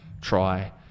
try